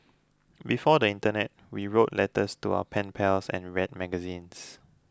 before the internet we wrote letters to our pen pals and read magazines